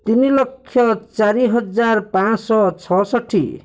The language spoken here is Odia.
ତିନି ଲକ୍ଷ ଚାରି ହଜାର ପାଞ୍ଚଶହ ଛଅଷଠି